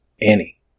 Annie